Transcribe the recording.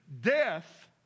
death